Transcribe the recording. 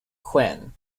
quinn